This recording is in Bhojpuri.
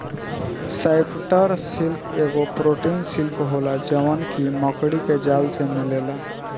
स्पाइडर सिल्क एगो प्रोटीन सिल्क होला जवन की मकड़ी के जाल से मिलेला